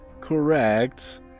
correct